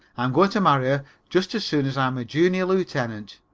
i'm going to marry her just as soon as i'm a junior lieutenant.